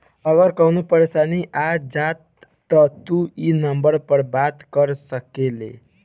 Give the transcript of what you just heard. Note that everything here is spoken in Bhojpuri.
अगर कवनो परेशानी आ जाव त तू ई नम्बर पर बात कर सकेल